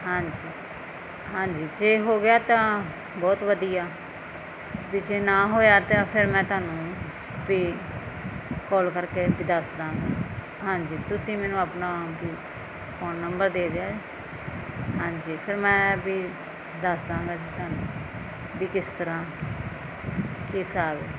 ਹਾਂਜੀ ਹਾਂਜੀ ਜੇ ਹੋ ਗਿਆ ਤਾਂ ਬਹੁਤ ਵਧੀਆ ਵੀ ਜੇ ਨਾ ਹੋਇਆ ਤਾਂ ਫਿਰ ਮੈਂ ਤੁਹਾਨੂੰ ਵੀ ਕਾਲ ਕਰਕੇ ਵੀ ਦੱਸਦਾ ਹਾਂਜੀ ਤੁਸੀਂ ਮੈਨੂੰ ਆਪਣਾ ਫੋਨ ਨੰਬਰ ਦੇ ਦਿਆ ਹਾਂਜੀ ਫਿਰ ਮੈਂ ਵੀ ਦੱਸਦਾ ਤੁਹਾਨੂੰ ਵੀ ਕਿਸ ਤਰ੍ਹਾਂ ਕੀ ਹਿਸਾਬ ਹੈ